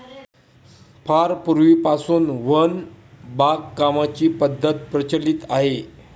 फार पूर्वीपासून वन बागकामाची पद्धत प्रचलित आहे